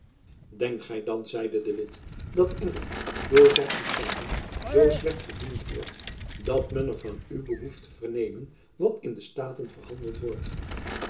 denkt gy dan zeide de witt dat engeland door zijn agenten zoo slecht gediend wordt dat men jacob van lennep elizabeth musch er van u behoeft te vernemen wat in de staten verhandeld wordt